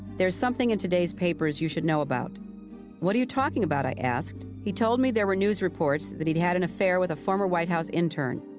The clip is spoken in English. there's something in today's papers you should know about what are you talking about i asked. he told me there were news reports that he'd had an affair with a former white house intern.